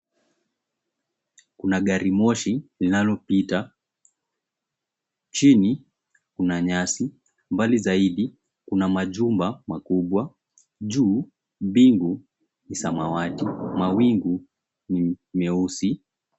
Kuna garimoshi linalopita, chini kuna nyasi, mbali zaidi kuna majumba makubwa, juu mbingu ni samawati mawingu ni meusi.